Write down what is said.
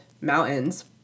mountains